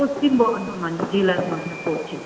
পশ্চিম বর্ধমান জেলার মধ্যে পড়ছে